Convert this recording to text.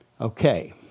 Okay